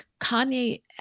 Kanye